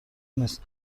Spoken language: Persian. نیست